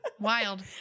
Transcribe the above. Wild